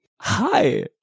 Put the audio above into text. Hi